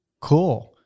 Cool